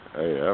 Hey